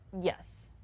Yes